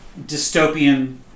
dystopian